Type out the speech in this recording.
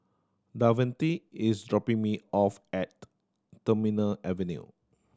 Davante is dropping me off at Terminal Avenue